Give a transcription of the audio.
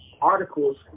articles